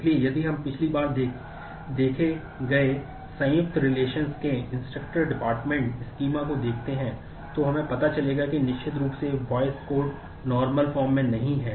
इसलिए यदि हम पिछली बार देखे गए संयुक्त रिलेशन्स है